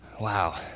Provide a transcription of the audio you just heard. Wow